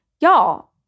Y'all